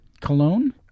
cologne